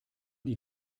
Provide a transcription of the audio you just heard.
die